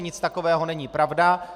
Nic takového není pravda.